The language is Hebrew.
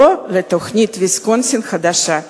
לא לתוכנית ויסקונסין חדשה.